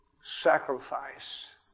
sacrifice